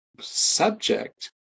subject